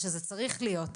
ושזה צריך להיות.